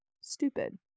stupid